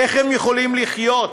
איך הם יכולים לחיות?